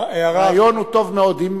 הרעיון הוא טוב מאוד.